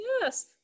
Yes